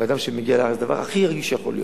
באדם שמגיע לארץ זה דבר הכי רגיש שיכול להיות,